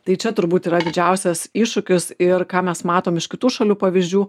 tai čia turbūt yra didžiausias iššūkis ir ką mes matom iš kitų šalių pavyzdžių